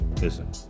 listen